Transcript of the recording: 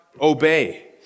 obey